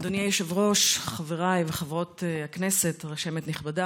אדוני היושב-ראש, חבריי וחברות הכנסת, רשמת נכבדה,